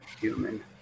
human